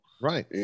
Right